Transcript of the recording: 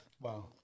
Wow